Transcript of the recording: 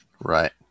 right